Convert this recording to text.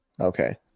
Okay